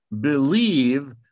believe